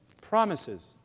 promises